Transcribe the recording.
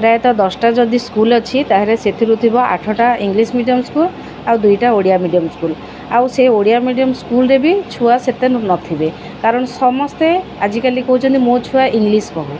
ପ୍ରାୟତଃ ଦଶଟା ଯଦି ସ୍କୁଲ୍ ଅଛି ତା'ହେଲେ ସେଥିରୁ ଥିବ ଆଠଟା ଇଂଲିଶ ମିଡ଼ିୟମ୍ ସ୍କୁଲ୍ ଆଉ ଦୁଇଟା ଓଡ଼ିଆ ମିଡ଼ିୟମ୍ ସ୍କୁଲ୍ ଆଉ ସେ ଓଡ଼ିଆ ମିଡ଼ିୟମ୍ ସ୍କୁଲ୍ରେ ବି ଛୁଆ ସେତେ ନଥିବେ କାରଣ ସମସ୍ତେ ଆଜିକାଲି କହୁଛନ୍ତି ମୋ ଛୁଆ ଇଂଲିଶ କହୁ